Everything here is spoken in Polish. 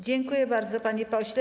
Dziękuję bardzo, panie pośle.